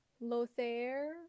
Lothair